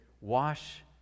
wash